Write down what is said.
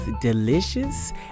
delicious